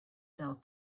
sell